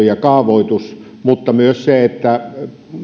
ja kaavoitus mutta myös se että